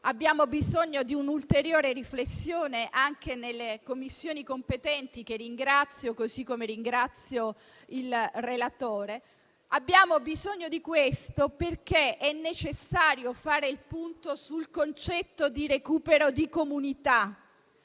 abbiamo bisogno di un'ulteriore riflessione anche nelle Commissioni competenti, che ringrazio, come pure il relatore. Abbiamo bisogno di questo perché è necessario fare il punto sul concetto di recupero di comunità.